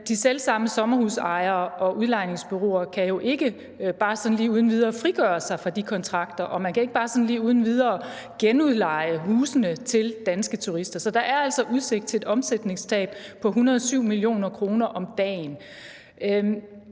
de selvsamme sommerhusejere og udlejningsbureauer kan jo ikke bare sådan lige uden videre frigøre sig fra de kontrakter, og de kan ikke bare sådan lige uden videre genudleje husene til danske turister. Så der er altså udsigt til et omsætningstab på 107 mio. kr. om dagen.